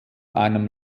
einem